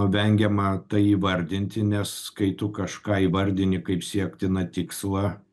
vengiama tai įvardinti nes kai tu kažką įvardini kaip siektiną tikslą